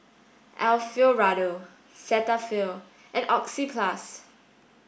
Alfio Raldo Cetaphil and Oxyplus